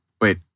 Wait